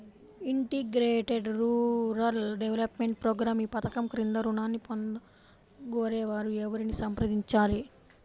Integrated rural development program ఈ పధకం క్రింద ఋణాన్ని పొందగోరే వారు ఎవరిని సంప్రదించాలి?